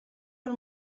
pel